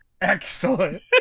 Excellent